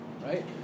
Right